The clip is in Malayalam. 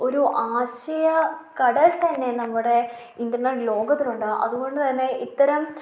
ഒരു ആശയ കടൽ തന്നെ നമ്മുടെ ഇൻ്റർനെറ്റ് ലോകത്തിലുണ്ട് അതുകൊണ്ട് തന്നെ ഇത്തരം